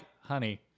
honey